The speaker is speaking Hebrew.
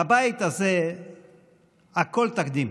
בבית הזה הכול תקדים,